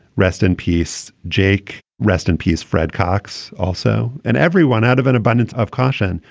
rest in peace, jake rest in peace. fred cox also and everyone, out of an abundance of caution,